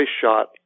shot